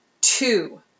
Two